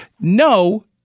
No